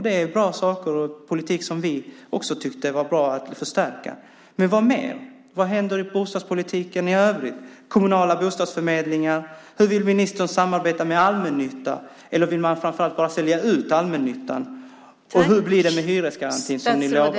Det är bra saker och politik som vi också tyckte det var bra att förstärka. Men vad mer? Vad händer inom bostadspolitiken i övrigt? Vad har ministern att säga om kommunala bostadsförmedlingar? Hur vill ministern samarbeta med allmännyttan? Eller vill man framför allt sälja ut allmännyttan? Och hur blir det med hyresgarantin som ni lovade?